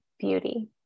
beauty